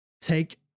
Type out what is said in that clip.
take